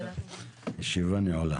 הישיבה ננעלה